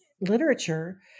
literature